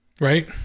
Right